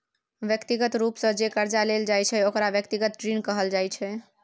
व्यक्तिगत रूप सँ जे करजा लेल जाइ छै ओकरा व्यक्तिगत ऋण कहल जाइ छै